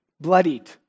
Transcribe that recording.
bloodied